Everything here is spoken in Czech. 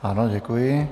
Ano, děkuji.